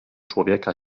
człowieka